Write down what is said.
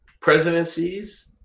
Presidencies